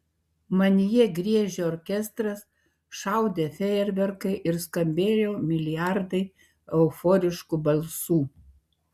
manyje griežė orkestras šaudė fejerverkai ir skambėjo milijardai euforiškų balsų